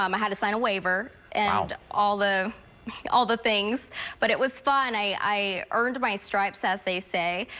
um i had to sign a waiver and and all all the things but it was fun. i i earned my stripes, as they say,